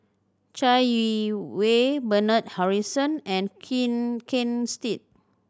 Chai Yee Wei Bernard Harrison and Ken Ken Seet